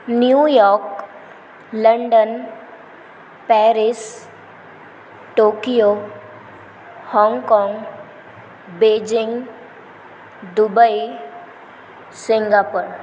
New York London Paris Tokyo हाँगकाँग Beijing Dubai Singapore